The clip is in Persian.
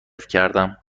کردم